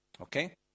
Okay